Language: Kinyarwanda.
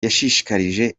yashishikarije